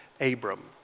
Abram